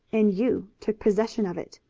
and you took possession of it.